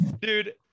dude